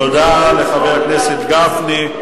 תודה לחבר הכנסת גפני.